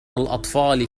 الأطفال